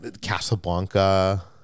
casablanca